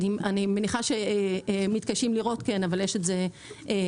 אני מניחה שמתקשים לראות אבל יש את זה מודפס.